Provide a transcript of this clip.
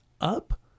up